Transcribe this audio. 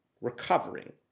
recovering